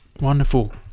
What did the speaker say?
wonderful